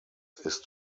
ist